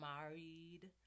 married